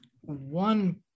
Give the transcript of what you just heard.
one